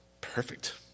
perfect